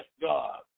God